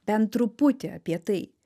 bent truputį apie tai